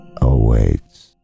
awaits